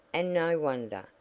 and no wonder,